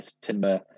Timber